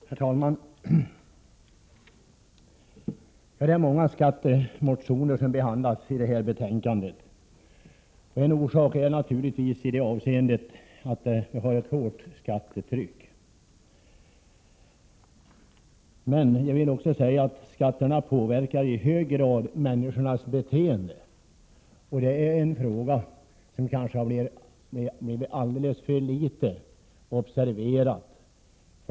Herr talman! Det är många skattemotioner som behandlas i detta betänkande. En orsak är naturligtvis att vi har ett hårt skattetryck, men jag vill också säga att skatterna i hög grad påverkar människors beteende. Detta är någonting som har blivit alldeles för litet observerat.